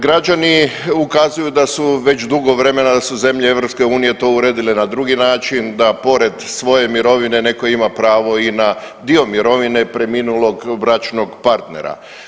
Građani ukazuju da su već dugo vremena, da su zemlje EU to uredile na drugi način da pored svoje mirovine netko ima pravo i na dio mirovine preminulog bračnog partnera.